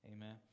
Amen